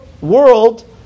world